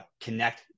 connect